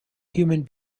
human